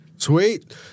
Sweet